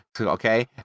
Okay